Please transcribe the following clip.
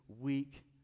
weak